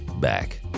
back